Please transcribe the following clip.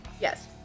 Yes